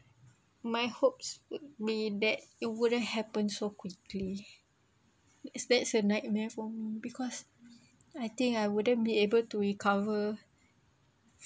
my hopes would be that it wouldn't happen so quickly it's that's a nightmare for me because I think I wouldn't be able to recover